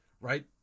Right